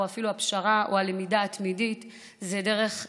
אפילו הפשרה או הלמידה התמידית זה דרך חיים.